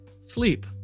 sleep